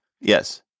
Yes